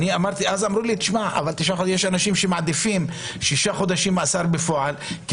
אז אמרו לי: יש אנשים שמעדיפים 6 חודשים מאסר בפועל כי